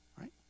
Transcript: right